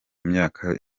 myaka